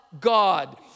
God